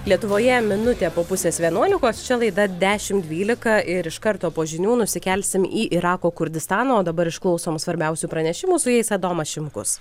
lietuvoje minutę po pusės vienuolikos čia laida dešimt dvylika ir iš karto po žinių nusikelsime į irako kurdistano o dabar išklausom svarbiausių pranešimų su jais adomas šimkus